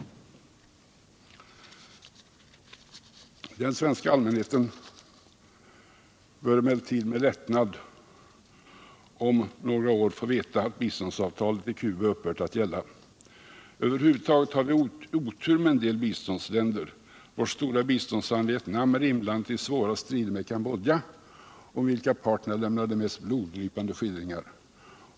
Den svenska allmänheten bör dock med lättnad om några år få veta att biståndsavtalet med Cuba upphört att gälla. Över huvud taget har vi otur med en del biståndsländer — vårt stora biståndsland Vietnam är inblandat i svåra strider med Cambodja, om vilka parterna lämnar de mest bloddrypande skildringar.